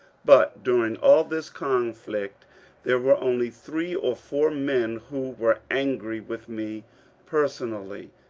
but during all this conflict there were only three or four men who were angry with me personally,